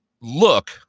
look